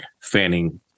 fanning